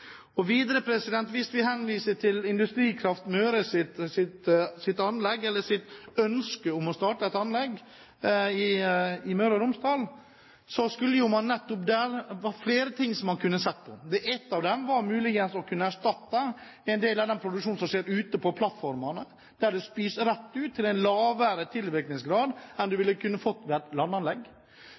importen. Videre, hvis vi henviser til Industrikraft Møres ønske om å starte et anlegg i Møre og Romsdal, er det der flere ting man kunne sett på. En av dem er muligens å kunne erstatte en del av den produksjonen som skjer ute på plattformene, der det spys rett ut til en lavere tilvirkningsgrad enn en ville kunne fått ved et landanlegg.